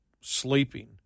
sleeping